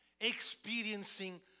experiencing